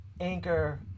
Anchor